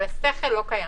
אבל השכל לא קיים.